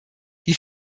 die